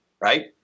right